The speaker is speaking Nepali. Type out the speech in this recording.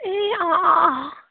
ए